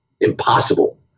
Impossible